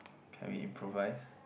can we improvise